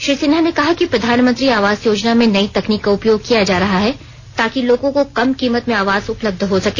श्री सिन्हा ने कहा कि प्रधानमंत्री आवास योजना में नई तकनीक का उपयोग किया जा रहा है ताकि लोगों को कम कीमत में आवास उपलब्ध हो सके